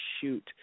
shoot